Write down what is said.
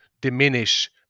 diminish